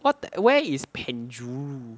what where is penjuru